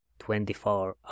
24